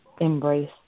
embrace